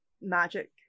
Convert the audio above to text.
magic